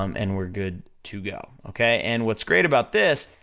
um and we're good to go, okay? and what's great about this,